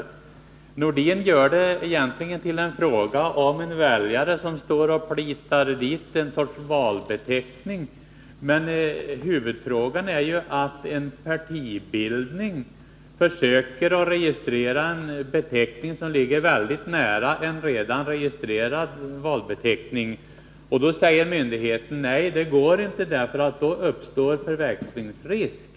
Sven-Erik Nordin gör det till en fråga om en väljare som står och plitar dit en valbeteckning. Men huvudfrågan är ju att en partibildning försöker att registrera en beteckning som ligger väldigt nära en redan registrerad valbeteckning. Då säger myndigheten att det inte går, för då uppstår förväxlingsrisk.